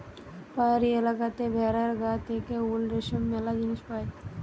পাহাড়ি এলাকাতে ভেড়ার গা থেকে উল, রেশম ম্যালা জিনিস পায়